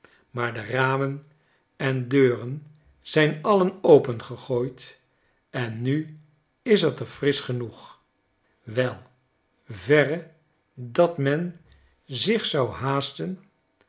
maar de ramen en deuren zijn alien opengegooid en nu is t er frisch genoeg wei verre dat men zich zou haasten